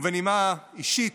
ובנימה אישית,